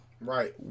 Right